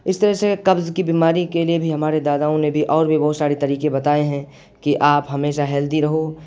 اس طرح سے قبض کی بیماری کے لیے بھی ہمارے داداؤں نے بھی اور بھی بہت سارے طریقے بتائے ہیں کہ آپ ہمیشہ ہیلدی رہو